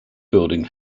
building